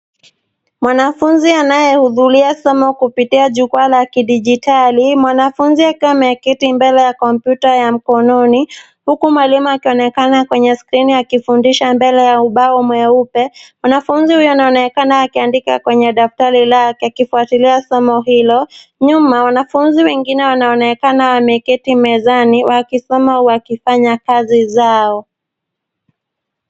Mwanafunzi anayehudhuria somo kupitia jukwaa la kidijitali. Mwanafunzi akiwa ameketi mbele ya kompyuta mkononi huku mwalimu akionekana kwenye skrini akifundisha mbele ya ubao mweupe. Mwanafunzi huyo anaonekana akiandika kwenye daftari lake akifuatilia somo hilo. Nyuma, wanafunzi wengine wanaonekana wameketi mezani wakisoma au wakifanya kazi zao.